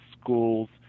schools